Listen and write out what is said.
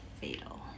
fatal